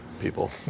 people